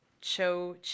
Cho